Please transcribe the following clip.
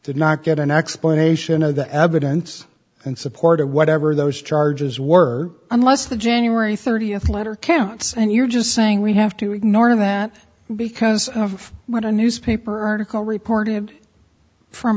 did not get an explanation of the evidence and support or whatever those charges were unless the january thirtieth letter counts and you're just saying we have to ignore that because of what a newspaper article reported from